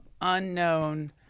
unknown